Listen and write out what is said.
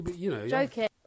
Joking